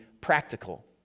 practical